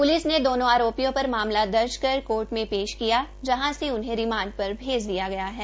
police ने दोंनो आरोपियों पर मामला दर्ज कर कोर्ट में पेश किया यहां उन्हें रिमांड पर भेज दिया गया है